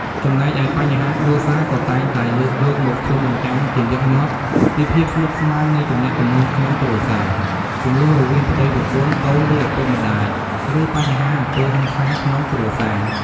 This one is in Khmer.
ចំណែកឯបញ្ហាគ្រួសារក៏តែងតែ លើកយកមកឆ្លុះបញ្ចាំងជាញឹកញាប់ពីភាពស្មុគស្មាញនៃទំនាក់ទំនងក្នុងគ្រួសារ ជម្លោះរវាងប្ដីប្រពន្ធ កូន ឬឪពុកម្ដាយ ឬបញ្ហាអំពើហិង្សាក្នុងគ្រួសារ ។